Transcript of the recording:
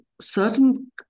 certain